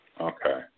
Okay